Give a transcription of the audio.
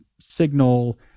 signal